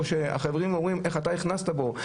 או החברים אומרים: איך אתה נכנסת בו,